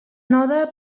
node